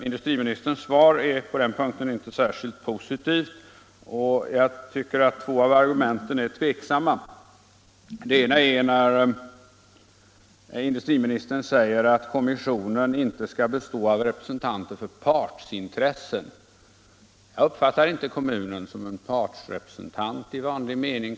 Industriministerns svar är på den punkten inte särskilt positivt, och jag ställer mig tveksam inför två av argumenten. Det ena är att industriministern säger att kommissionen inte skall bestå av representanter för partsintressen. Jag uppfattar inte kommunen som en partsrepresentant i vanlig mening.